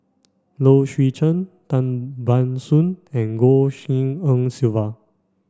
Low Swee Chen Tan Ban Soon and Goh Tshin En Sylvia